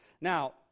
Now